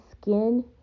skin